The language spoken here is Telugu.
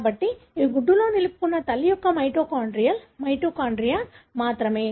కాబట్టి ఇది గుడ్డులో నిలుపుకున్న తల్లి యొక్క మైటోకాన్డ్రియల్ మైటోకాండ్రియా మాత్రమే